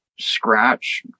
scratch